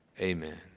Amen